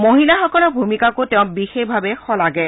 মহিলাসকলৰ ভূমিকাকো তেওঁ বিশষভাৱে শলাগে